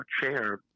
chair